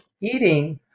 eating